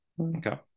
Okay